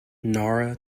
nara